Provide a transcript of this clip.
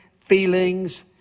feelings